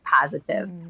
positive